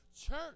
church